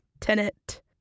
Tenant